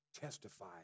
testify